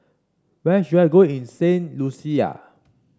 where should I go in Saint Lucia